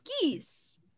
Geese